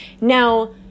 Now